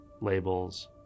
labels